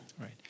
Right